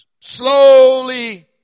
slowly